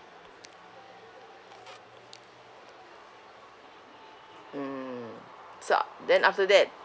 mm so then after that